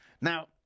Now